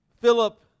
Philip